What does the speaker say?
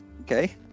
okay